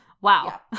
Wow